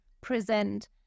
present